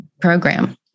program